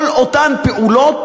כל אותן פעולות